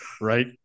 right